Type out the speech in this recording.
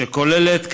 שכוללת,